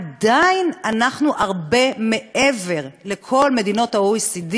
עדיין אנחנו הרבה מעבר לכל מדינות ה-OECD